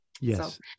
Yes